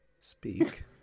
speak